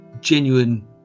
genuine